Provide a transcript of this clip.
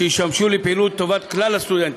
שישמשו לפעילות לטובת כלל הסטודנטים.